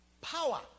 Power